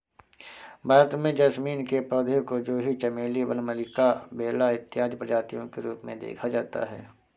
भारत में जैस्मीन के पौधे को जूही चमेली वन मल्लिका बेला इत्यादि प्रजातियों के रूप में देखा जाता है